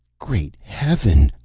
great heaven!